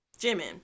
Jimin